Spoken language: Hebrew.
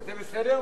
וזה בסדר?